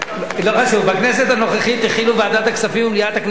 בכנסת הנוכחית החילו ועדת הכספים ומליאת הכנסת דין